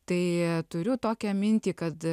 tai turiu tokią mintį kad